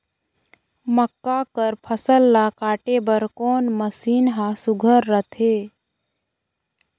मक्का कर फसल ला काटे बर कोन मशीन ह सुघ्घर रथे?